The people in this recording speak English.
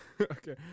Okay